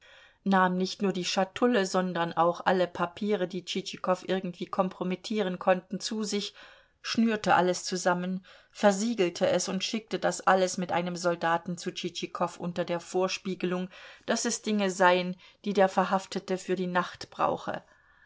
nahm nicht nur die schatulle sondern auch alle papiere die tschitschikow irgendwie kompromittieren konnten zu sich schnürte alles zusammen versiegelte es und schickte das alles mit einem soldaten zu tschitschikow unter der vorspiegelung daß es dinge seien die der verhaftete für die nacht brauche